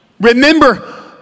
Remember